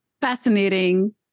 fascinating